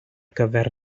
gyfer